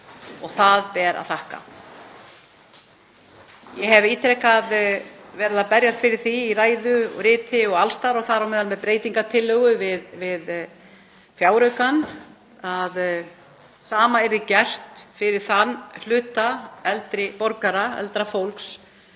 og það ber að þakka. Ég hef ítrekað verið að berjast fyrir því í ræðu og riti og alls staðar, og þar á meðal með breytingartillögu við fjáraukann, að sama verði gert fyrir þann hluta eldri borgara, eldra fólks,